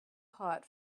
hot